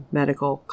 medical